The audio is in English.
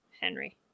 Henry